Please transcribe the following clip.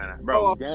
Bro